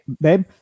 babe